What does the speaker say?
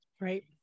Right